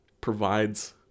provides